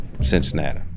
Cincinnati